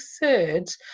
thirds